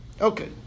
Okay